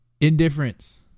Indifference